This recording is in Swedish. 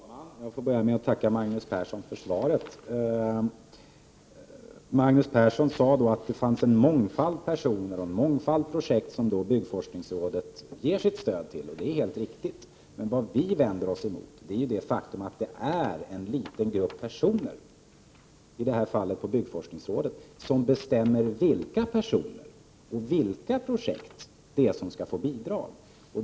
Herr talman! Jag vill börja med att tacka Magnus Persson för svaret. Han sade att det fanns en mångfald personer och en mångfald projekt som byggforskningsrådet ger sitt stöd till. Det är helt riktigt. Men det som vi från moderaterna vänder oss emot är det faktum att det är en liten grupp personer, i det här fallet på byggforskningsrådet, som bestämmer vilka personer och projekt som skall få bidrag.